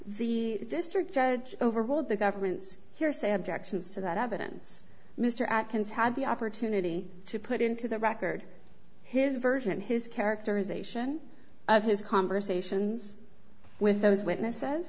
the district judge overruled the government's hearsay objections to that evidence mr atkins had the opportunity to put into the record his version his characterization of his conversations with those witnesses